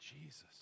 Jesus